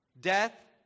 Death